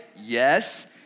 Yes